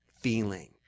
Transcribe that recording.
feeling